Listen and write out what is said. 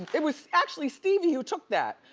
it was actually stevie who took that.